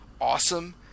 awesome